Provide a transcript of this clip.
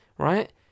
Right